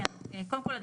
קודם כל,